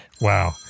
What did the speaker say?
Wow